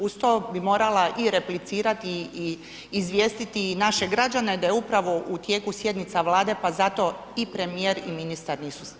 Uz to bi morala i replicirati i, i izvijestiti i naše građane da je upravo u tijeku sjednica Vlade, pa zato i premijer i ministar nisu tu sa nama.